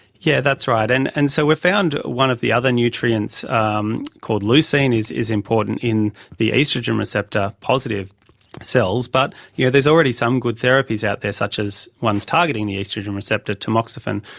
yeah that's right, and and so we found one of the other nutrients um called leucine is is important in the oestrogen receptor positive cells, but yeah there's already some good therapies out there such as ones targeting the oestrogen receptor, tamoxifen.